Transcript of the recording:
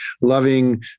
loving